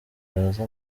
yaza